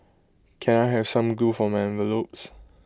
can I have some glue for my envelopes